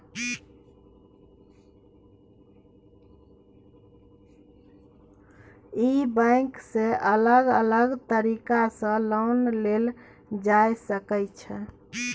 ई bank सँ अलग अलग तरीका सँ लोन देल जाए सकै छै